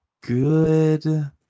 good